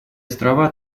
острова